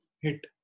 hit